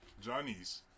Johnny's